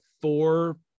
four